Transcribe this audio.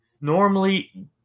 Normally